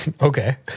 okay